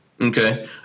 Okay